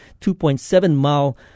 2.7-mile